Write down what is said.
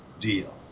deal